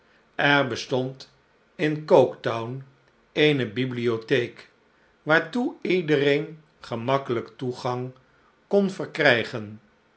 er bestond incoketown eene bibliotheek waartoe iedereen gemakkelijk toegang kon verkrijgen